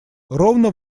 ровно